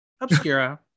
Obscura